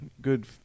good